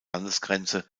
landesgrenze